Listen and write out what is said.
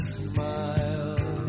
smile